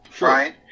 Right